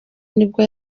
nibwo